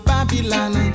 Babylon